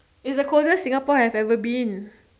is the coldest Singapore has ever been